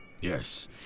Yes